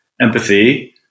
empathy